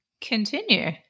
continue